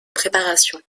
préparation